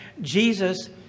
Jesus